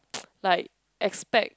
like expect